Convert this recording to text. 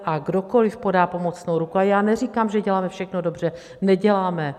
A kdokoliv podá pomocnou ruku, a já neříkám, že děláme všechno dobře neděláme.